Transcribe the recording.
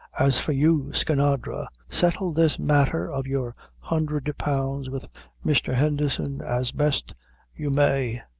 as for you, skinadre, settle this matter of your hundred pounds with mr. henderson as best you may.